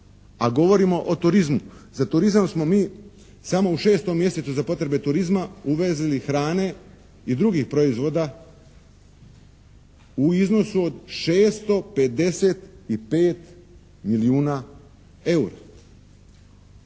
a govorimo o turizmu. Za turizam smo mi samo u 6. mjesecu za potrebe turizma uvezli hrane i drugih proizvoda u iznosu od 655 milijuna eura.